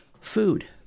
food